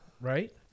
Right